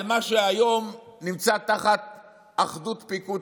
על מה שהיום נמצא תחת אחדות פיקוד,